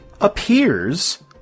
appears